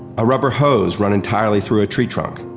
a rubber hose run entirely through a tree trunk,